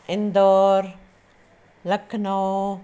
Indore Lucknow